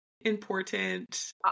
important